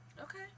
Okay